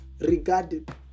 regarded